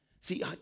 See